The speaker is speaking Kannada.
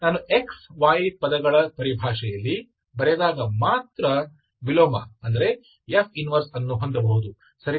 ನಾನು x y ಪದಗಳ ಪರಿಭಾಷೆಯಲ್ಲಿ ಬರೆದಾಗ ಮಾತ್ರ ವಿಲೋಮ ಅಂದರೆ F 1 ಅನ್ನು ಹೊಂದಬಹುದು ಸರಿತಾನೇ